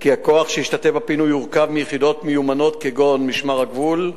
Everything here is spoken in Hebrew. כי הכוח שישתתף בפינוי יורכב מיחידות מיומנות כגון משמר הגבול,